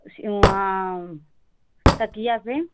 वहाँ टकिया पर